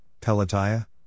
Pelatiah